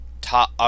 top